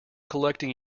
collecting